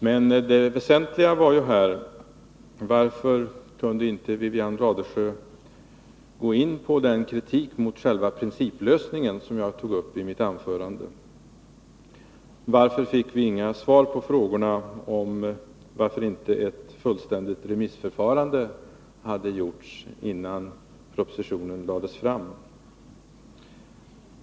De väsentliga frågeställningarna för mig är: Varför kunde inte Wivi-Anne Radesjö gå in på den kritik mot själva principlösningen som jag tog upp i mitt anförande? Varför fick vi inget svar på frågorna varför inte ett fullständigt remissförfarande hade skett innan propositionen lades fram?